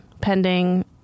pending